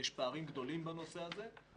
יש פערים גדולים בנושא הזה.